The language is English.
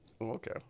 Okay